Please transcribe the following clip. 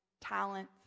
talent